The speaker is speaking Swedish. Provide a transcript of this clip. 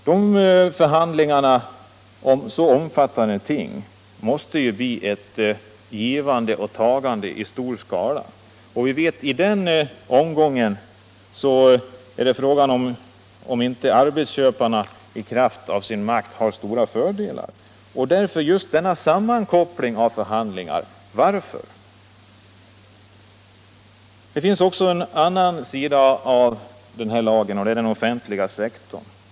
Vid förhandlingar om så omfattande ting måste det ju bli ett givande och tagande i stor skala, och i den omgången är frågan om inte arbetsköparna i kraft av sin makt har stora fördelar. Varför görs då denna sammankoppling av förhandlingarna? En annan sida av lagen är den offentliga sektorn.